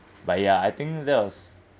but ya I think that was